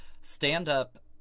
stand-up